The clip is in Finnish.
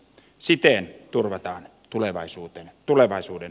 siten turvataan tulevaisuuden puuhuoltomme